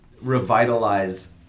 revitalize